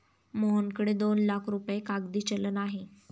मोहनकडे दोन लाख रुपये कागदी चलन आहे